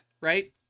right